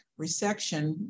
resection